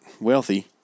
wealthy